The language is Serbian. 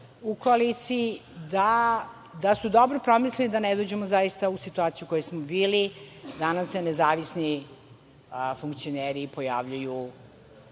u koaliciji, da su dobro promislili, da ne dođemo zaista u situaciju u kojoj smo bili, da nam se nezavisni funkcioneri pojavljuju